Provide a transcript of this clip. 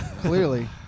Clearly